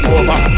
over